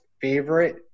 favorite